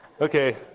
Okay